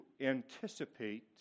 anticipate